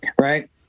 Right